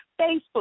Facebook